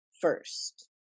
first